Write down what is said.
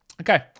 Okay